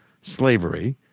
slavery